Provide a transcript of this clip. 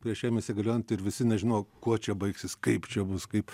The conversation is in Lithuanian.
prieš jam įsigaliojant ir visi nežino kuo čia baigsis kaip čia bus kaip